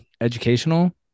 educational